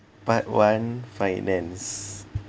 part one finance